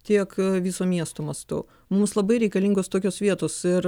tiek viso miesto mastu mums labai reikalingos tokios vietos ir